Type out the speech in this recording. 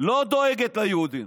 לא דואגת ליהודים,